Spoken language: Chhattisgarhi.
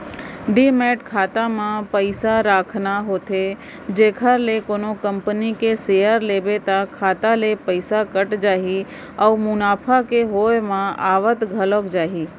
डीमैट खाता म पइसा राखना होथे जेखर ले कोनो कंपनी के सेयर लेबे त खाता ले पइसा कट जाही अउ मुनाफा के होय म आवत घलौ जाही